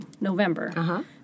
November